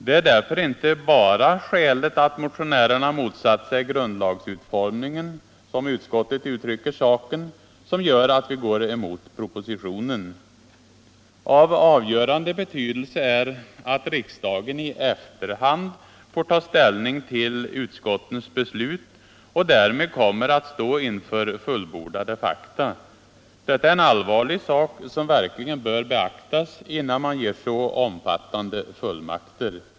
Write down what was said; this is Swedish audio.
Inte bara det faktum att motionärerna motsatt sig grundlagsutformningen, som utskottet uttrycker saken, gör att vi går emot propositionen. Av avgörande betydelse är att riksdagen i efterhand får ta ställning till utskottens beslut och därmed kommer att stå inför fullbordade fakta. Detta är en allvarlig sak som verkligen bör beaktas innan man ger så omfattande fullmakter.